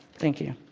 thank you.